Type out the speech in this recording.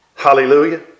hallelujah